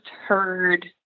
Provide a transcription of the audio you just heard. heard